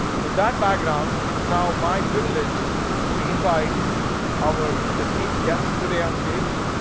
with that background, it's now my privilege to invite our esteemed guests today on stage,